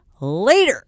later